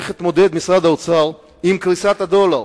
איך התמודד משרד האוצר עם קריסת הדולר?